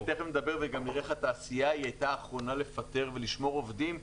תיכף נראה איך התעשייה הייתה האחרונה לפטר ולשמור עובדים.